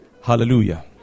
hallelujah